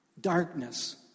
darkness